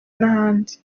n’ahandi